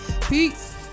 Peace